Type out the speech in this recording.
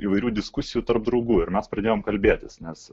įvairių diskusijų tarp draugų ir mes pradėjom kalbėtis nes